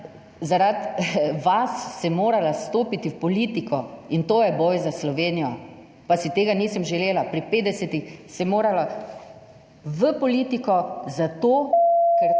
Zaradi vas sem morala vstopiti v politiko in to je boj za Slovenijo. Pa si tega nisem želela. Pri 50-ih se morala v politiko, zato